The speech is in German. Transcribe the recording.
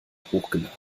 hochgeladen